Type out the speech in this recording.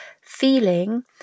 feeling